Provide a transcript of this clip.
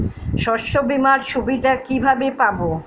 শস্যবিমার সুবিধা কিভাবে পাবো?